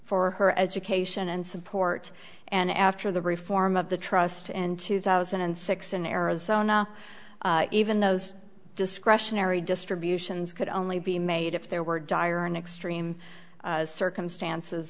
for her education and support and after the reform of the trust and two thousand and six in arizona even those discretionary distributions could only be made if there were dire an extreme circumstances